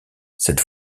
cette